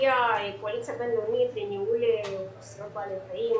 הקואליציה הבין לאומית לניהול אוכלוסיות בעלי חיים,